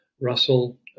Russell